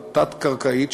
התת-קרקעית,